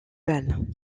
balles